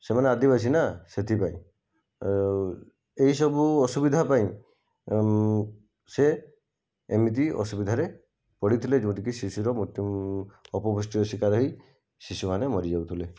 ସେମାନେ ଆଦିବାସୀ ନା ସେଥିପାଇଁ ଏହିସବୁ ଅସୁବିଧା ପାଇଁ ସେ ଏମିତି ଅସୁବିଧାରେ ପଡ଼ିଥିଲେ ଯେଉଁଠି କି ଶିଶୁର ଅପପୃଷ୍ଟିର ଶିକାର ହୋଇ ଶିଶୁ ମାନେ ମରି ଯାଉଥିଲେ